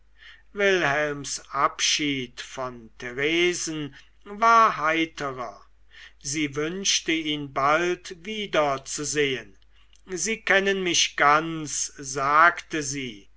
wilhelms abschied von theresen war heiterer sie wünschte ihn bald wiederzusehen sie kennen mich ganz sagte sie